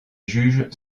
juges